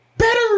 Better